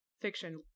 fiction